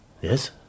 Yes